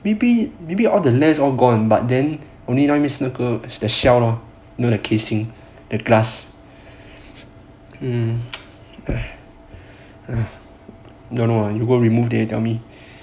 maybe maybe all the lens all gone but then only you know left the shell you know the casing the glass don't know go remove then you tell me